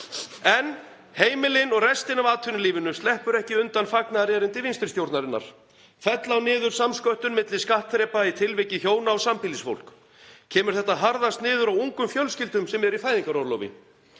Heimilin og restin af atvinnulífinu sleppur ekki undan fagnaðarerindi vinstri stjórnarinnar. Fella á niður samsköttun milli skattþrepa í tilviki hjóna og sambýlisfólks. Kemur þetta harðast niður á ungum fjölskyldum sem eru í fæðingarorlofi.